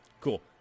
Cool